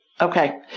Okay